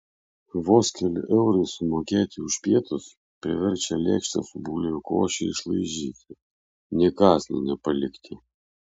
vos keli eurai sumokėti už pietus priverčia lėkštę su bulvių koše išlaižyti nė kąsnio nepalikti